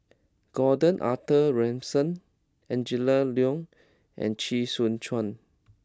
Gordon Arthur Ransome Angela Liong and Chee Soon Juan